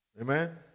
Amen